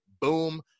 boom